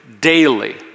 daily